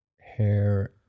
hair